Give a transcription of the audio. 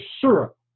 syrup